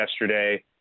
yesterday